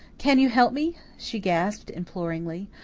can you help me? she gasped imploringly.